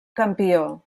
campió